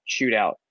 shootout